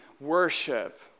worship